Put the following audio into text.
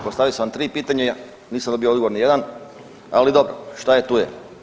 Postavio sam vam tri pitanja nisam dobio odgovor ni na jedan, ali dobro, šta je tu je.